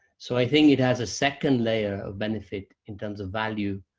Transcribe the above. so i think it has a second layer of benefit in terms of value,